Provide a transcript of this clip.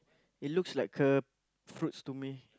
it looks like a fruits to me